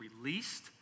released